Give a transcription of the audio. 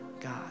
God